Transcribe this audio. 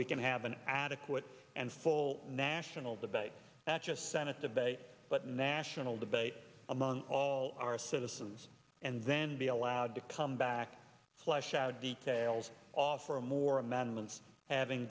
we can have an adequate and full national debate that just senate debate but national debate among all our citizens and then be allowed to come back flesh out details offer a more